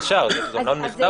זה.